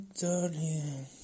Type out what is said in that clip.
darling